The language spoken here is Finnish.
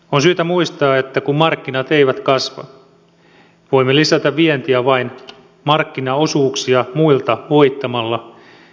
on syytä muistaa että kun markkinat eivät kasva voimme lisätä vientiä vain markkinaosuuksia muilta voittamalla